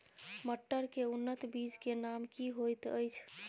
मटर के उन्नत बीज के नाम की होयत ऐछ?